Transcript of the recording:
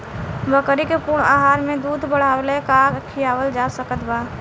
बकरी के पूर्ण आहार में दूध बढ़ावेला का खिआवल जा सकत बा?